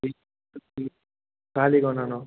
కాలీగ ఉన్నాను